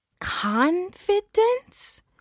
Confidence